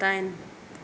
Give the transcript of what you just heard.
दाइन